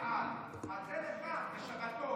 בנימין זאב, אתה דמות נערצת,